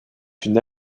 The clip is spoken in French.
une